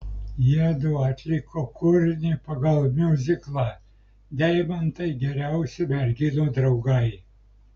jiedu atliko kūrinį pagal miuziklą deimantai geriausi merginų draugai